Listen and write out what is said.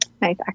nice